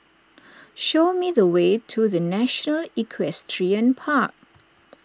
show me the way to the National Equestrian Park